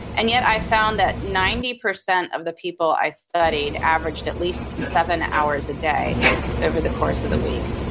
and yet i found that ninety percent of the people i studied averaged at least seven hours a day over the course of the week.